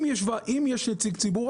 אם יש נציג ציבור,